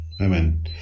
Amen